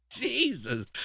Jesus